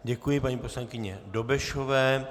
Děkuji paní poslankyni Dobešové.